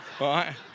Right